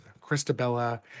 Christabella